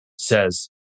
says